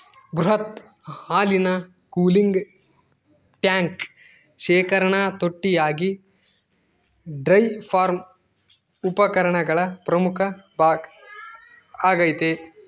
ಬೃಹತ್ ಹಾಲಿನ cooling tank ಶೇಖರಣಾ ತೊಟ್ಟಿಯಾಗಿ ಡೈರಿ ಫಾರ್ಮ್ ಉಪಕರಣಗಳ ಪ್ರಮುಖ ಭಾಗ ಆಗೈತೆ